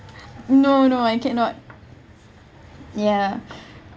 no no I cannot ya